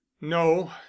no